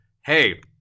hey